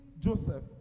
Joseph